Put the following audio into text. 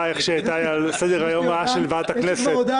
שתהיה כאן